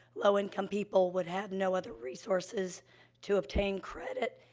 low-income people would have no other resources to obtain credit,